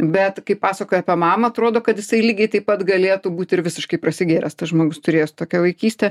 bet kai pasakoja apie mamą atrodo kad jisai lygiai taip pat galėtų būt ir visiškai prasigėręs tas žmogus turėjęs tokią vaikystę